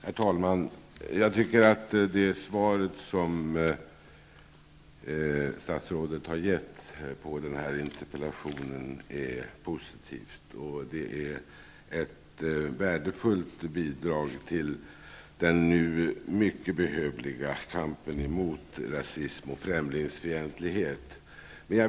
Herr talman! Jag tycker att statsrådets svar på interpellationen är positivt. Det är ett värdefullt bidrag till den nu mycket behövliga kampen mot rasism och främlingsfientlighet.